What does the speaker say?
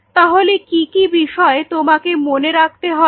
তাহলে কি কি বিষয় তোমাকে মনে রাখতে হবে